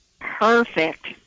Perfect